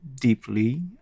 deeply